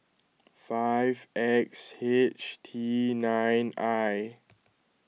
five X H T nine I